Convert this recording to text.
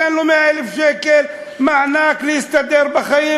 תן לו 100,000 שקל מענק להסתדר בחיים,